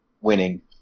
winning